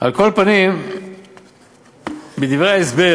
יישר כוח, יישר